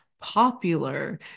Popular